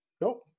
Nope